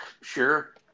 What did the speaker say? sure